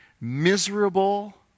miserable